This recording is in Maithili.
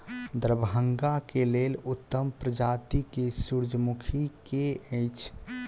दरभंगा केँ लेल उत्तम प्रजाति केँ सूर्यमुखी केँ अछि?